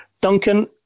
Duncan